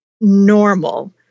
normal